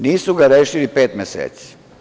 Nisu ga rešili pet meseci.